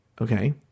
Okay